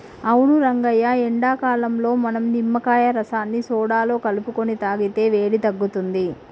అవును రంగయ్య ఎండాకాలంలో మనం నిమ్మకాయ రసాన్ని సోడాలో కలుపుకొని తాగితే వేడి తగ్గుతుంది